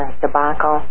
debacle